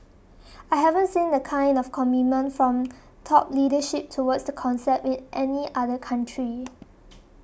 I haven't seen the kind of commitment from top leadership towards the concept in any other country